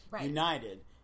United